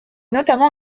notamment